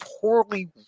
poorly